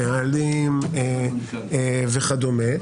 נהלים וכדומה,